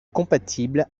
compatible